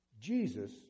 Jesus